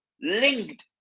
linked